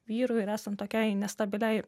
vyrui ir esant tokiai nestabiliai